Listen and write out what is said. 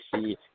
see